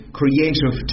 creative